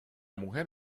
mujer